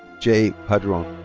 jay padron.